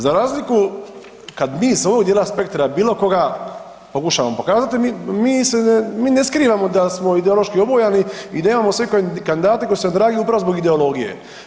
Za razliku kad mi sa ovog djela spektra bilo koga pokušamo pokazati mi se, mi ne skrivamo da smo ideološki obojani i nemamo sve kandidate koji su nam dragi upravo zbog ideologije.